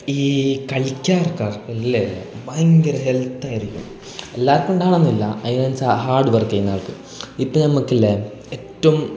ഈ കളിക്കാർക്കില്ലെ ഭയങ്കര ഹെൽത്തായിരിക്കും എല്ലാവർക്കും ഉണ്ടാവാണമെന്നില്ല അയാച്ച ഹാഡ് വർക്ക് ചെയ്യുന്ന ആൾക്ക് ഇപ്പം നമുക്കില്ലെ ഏറ്റോം